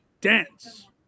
Dance